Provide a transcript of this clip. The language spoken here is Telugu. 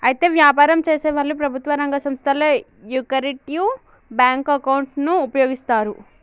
అయితే వ్యాపారం చేసేవాళ్లు ప్రభుత్వ రంగ సంస్థల యొకరిటివ్ బ్యాంకు అకౌంటును ఉపయోగిస్తారు